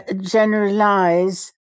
generalize